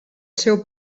seu